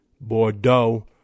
Bordeaux